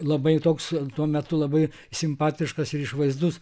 labai toks tuo metu labai simpatiškas ir išvaizdus